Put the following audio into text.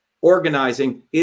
organizing